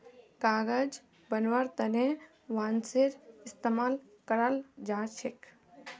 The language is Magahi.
कागज बनव्वार तने बांसेर इस्तमाल कराल जा छेक